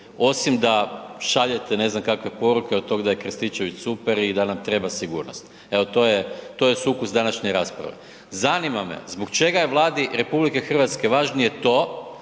osim da šaljete ne znam kakve poruke od tog da je Krstičević super i da nam treba sigurnost. Evo, to je, to je sukus današnje rasprave. Zanima me zbog čega je Vladi RH važnije to